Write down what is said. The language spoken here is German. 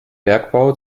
bergbau